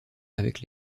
avec